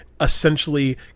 essentially